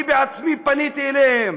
אני בעצמי פניתי אליהם.